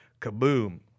kaboom